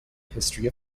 history